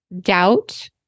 doubt